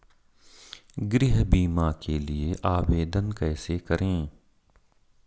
गृह बीमा के लिए आवेदन कैसे करें?